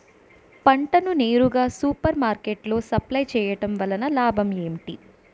పంట ని నేరుగా సూపర్ మార్కెట్ లో సప్లై చేయటం వలన లాభం ఏంటి?